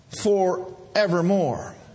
forevermore